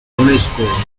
unesco